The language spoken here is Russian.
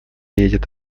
едет